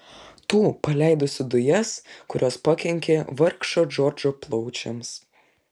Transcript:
tų paleidusių dujas kurios pakenkė vargšo džordžo plaučiams